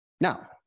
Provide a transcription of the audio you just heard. Now